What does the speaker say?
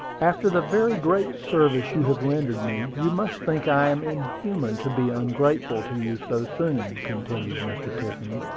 after the very great service you have rendered me, you must think i am inhuman to be ungrateful to you so soon, continued mr. tiffany.